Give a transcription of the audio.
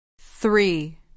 Three